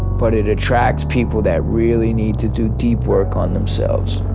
but it attracts people that really need to do deep work on themselves.